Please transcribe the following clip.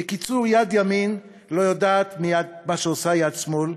בקיצור, יד ימין לא יודעת מה שעושה יד שמאל,